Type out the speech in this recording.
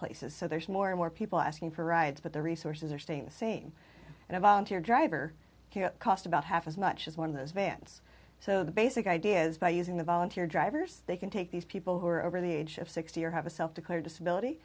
places so there's more and more people asking for rides but the resources are staying the same and a volunteer driver here cost about half as much as one of those vans so the basic idea is by using the volunteer drivers they can take these people who are over the age of sixty or have a self declared disability